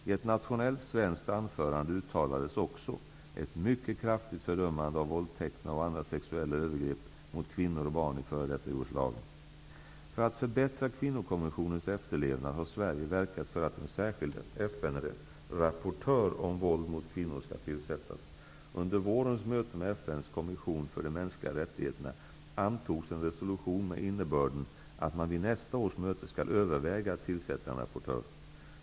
I ett nationellt svenskt anförande uttalades också ett mycket kraftigt fördömande av våldtäkterna och andra sexuella övergrepp mot kvinnor och barn i f.d. För att förbättra kvinnokonventionens efterlevnad har Sverige verkat för att en särskild FN-rapportör om våld mot kvinnor skall tillsättas. Under vårens möte med FN:s kommission för de mänskliga rättigheterna antogs en resolution med innebörden att man vid nästa års möte skall överväga att tillsätta en rapportör.